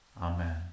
Amen